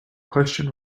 question